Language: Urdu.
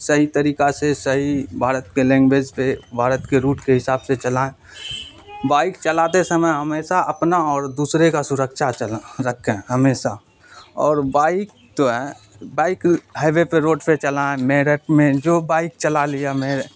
صحیح طریقہ سے صحیح بھارت کے لینگویج پہ بھارت کے روٹ کے حساب سے چلائیں بائک چلاتے سمے ہمیشہ اپنا اور دوسرے کا سرکچھا چل رکھیں ہمیشہ اور بائک تو ہیں بائک ہائی وے پہ روڈ پہ چلائیں میرٹھ میں جو بائک چلا لیا